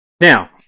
Now